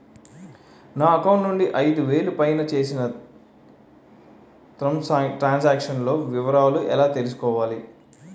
నా అకౌంట్ నుండి ఐదు వేలు పైన చేసిన త్రం సాంక్షన్ లో వివరాలు ఎలా తెలుసుకోవాలి?